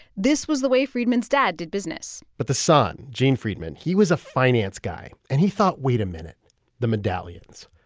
this was the way freidman's dad did business but the son, gene freidman, he was a finance guy. and he thought, wait a minute the medallions,